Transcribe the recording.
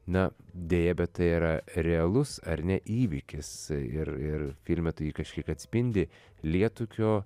na deja bet tai yra realus ar ne įvykis ir ir filme tu jį kažkiek atspindi lietūkio